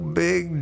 big